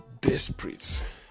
desperate